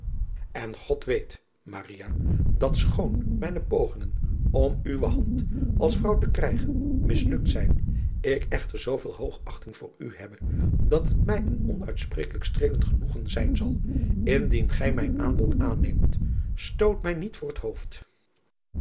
en od weet dat schoon mijne pogingen om uwe hand als vrouw te krijgen mislukt zijn ik echter zooveel hoogachting voor u hebbe dat het mij een onuitsprekelijk streelend genoegen zijn zal indien gij mijn aanbod aanneemt sloot mij niet voor het hoofd